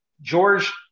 George